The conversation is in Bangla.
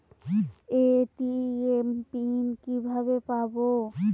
এ.টি.এম পিন কিভাবে পাবো?